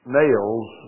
nails